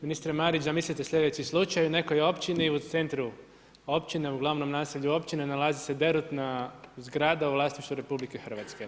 Ministre Marić, zamislite slijedeći slučaj, u nekoj općini u centru općine, u glavnom naselju općine nalazi se derutna zgrada u vlasništvu RH.